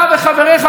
אתה וחבריך,